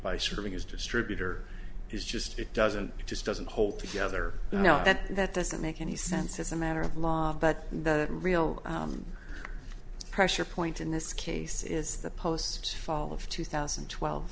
by serving is distributor or is just it doesn't it just doesn't hold together now that that doesn't make any sense as a matter of law but the real pressure point in this case is the post's fall of two thousand and twelve